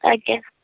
ଆଜ୍ଞା